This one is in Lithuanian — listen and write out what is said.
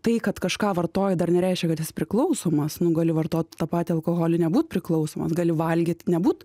tai kad kažką vartoja dar nereiškia kad jis priklausomas nu gali vartot tą patį alkoholį nebūt priklausomas gali valgyt nebūt